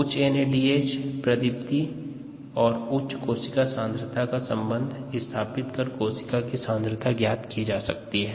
उच्च एनएडीएच प्रतिदीप्त और उच्च कोशिका सांद्रता का संबंध स्थापित कर कोशिका सांद्रता ज्ञात की जा सकती है